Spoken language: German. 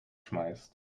schmeißt